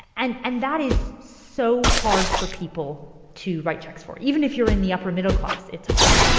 and and that is so hard for people to write checks for. even if you're in the upper-middle class it's hard.